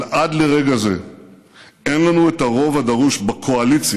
אבל עד לרגע זה אין לנו את הרוב הדרוש בקואליציה